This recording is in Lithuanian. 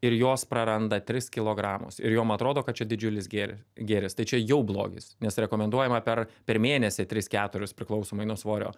ir jos praranda tris kilogramus ir jom atrodo kad čia didžiulis gėris gėris tai čia jau blogis nes rekomenduojama per per mėnesį tris keturis priklausomai nuo svorio